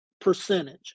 percentage